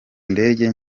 ndege